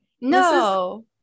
No